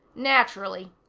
naturally.